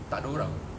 takde orang